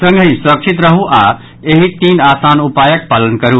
संगहि सुरक्षित रहू आ एहि तीन आसान उपायक पालन करू